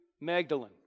Magdalene